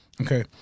Okay